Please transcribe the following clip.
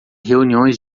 reuniões